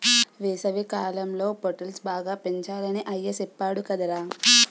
వేసవికాలంలో పొటల్స్ బాగా పెంచాలని అయ్య సెప్పేడు కదరా